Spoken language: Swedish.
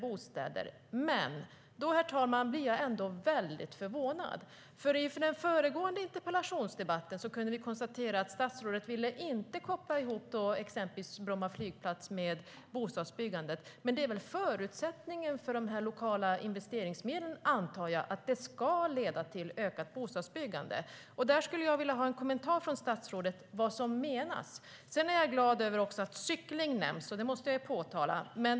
Sedan är jag glad över att cykling nämns, och det måste jag framhålla.